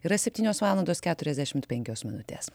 yra septynios valandos keturiasdešimt penkios minutės